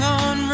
on